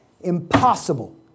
Impossible